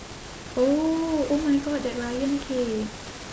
oh oh my god that ryan cake